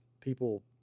people